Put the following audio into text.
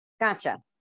Gotcha